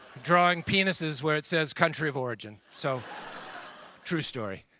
drawing penises where it says country of origin. so true story.